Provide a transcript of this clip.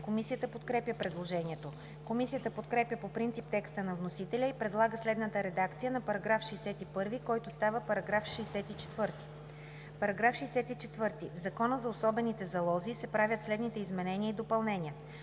Комисията подкрепя предложението. Комисията подкрепя по принцип текста на вносителя и предлага следната редакция на § 61, който става § 64: „§ 64. В Закона за особените залози се правят следните изменения и допълнения: